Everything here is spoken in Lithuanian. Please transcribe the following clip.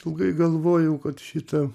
ilgai galvojau kad šita